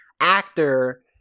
actor